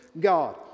God